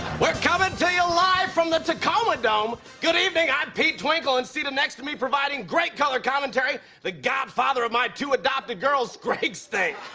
we're comin' to you live from the tacomadome! good evening. i'm pete twinkle. and seated next to me providing great color commentary, the godfather of my two adopted girls, greg stink.